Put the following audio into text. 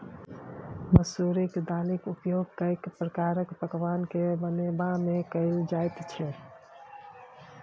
मसुरिक दालिक उपयोग कैक प्रकारक पकवान कए बनेबामे कएल जाइत छै